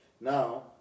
now